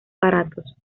baratos